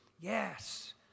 Yes